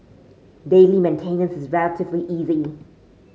daily maintenance is relatively easy